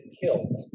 killed